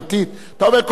לא חשוב איפה,